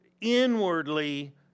inwardly